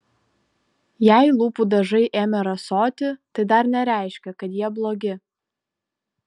jei lūpų dažai ėmė rasoti tai dar nereiškia kad jie blogi